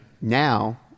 now